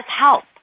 help